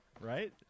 right